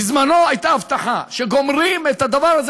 בזמנו הייתה הבטחה שגומרים את הדבר הזה